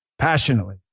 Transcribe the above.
passionately